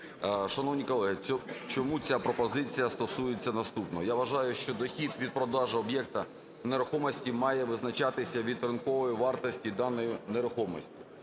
Шановні колеги, ця пропозиція стосується наступного. Я вважаю, що дохід від продажу об'єкта нерухомості має визначатися від ринкової вартості даної нерухомості.